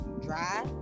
dry